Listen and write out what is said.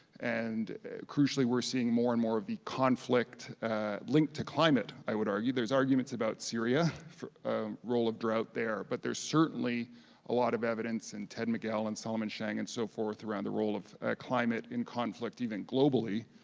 and crucially we're seeing more and more of the conflict linked to climate, i would argue. there's arguments about syria for ah role of drought there, but there's certainly a lot of evidence, and ted mcgill and solomon shang and so forth around the role of climate in conflict even globally,